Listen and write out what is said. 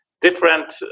different